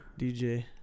DJ